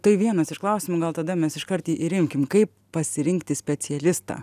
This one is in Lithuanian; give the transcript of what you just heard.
tai vienas iš klausimų gal tada mes iškart jį ir imkim kaip pasirinkti specialistą